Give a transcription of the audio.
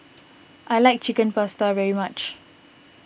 I like Chicken Pasta very much